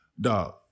Dog